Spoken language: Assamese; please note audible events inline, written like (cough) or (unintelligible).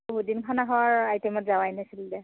বহুত দিন খানা খোৱাৰ (unintelligible) দে